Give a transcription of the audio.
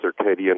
circadian